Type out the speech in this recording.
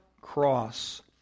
cross